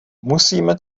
musíme